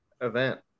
event